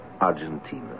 Argentina